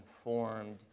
formed